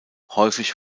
häufig